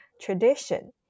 tradition